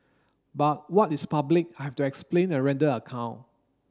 but what is public I have to explain and render account